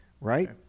Right